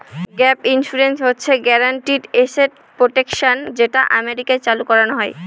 gap insurance হচ্ছে guaranteed asset protection যেটা আমেরিকায় চালু করানো হয়